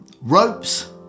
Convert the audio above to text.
ropes